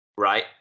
right